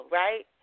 right